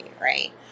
right